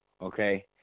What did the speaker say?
okay